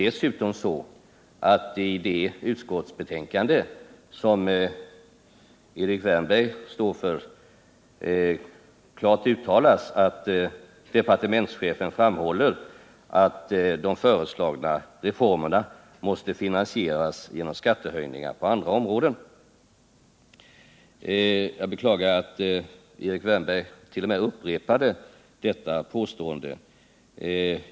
Dessutom uttalas det klart i det utskottsbetänkande som Erik Wärnberg står för att departementschefen framhåller att de föreslagna reformerna måste finansieras genom skattehöjningar på andra områden. Jag beklagar att Erik Wärnberg t.o.m. upprepade sitt omdöme om förslaget.